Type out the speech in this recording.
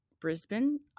Brisbane